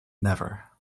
never